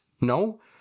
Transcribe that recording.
No